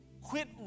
Quit